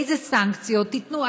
אילו סנקציות תיתנו?